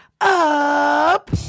up